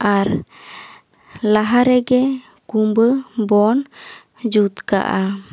ᱟᱨ ᱞᱟᱦᱟ ᱨᱮᱜᱮ ᱠᱩᱢᱵᱟᱹ ᱵᱚᱱ ᱡᱩᱛ ᱠᱟᱜᱼᱟ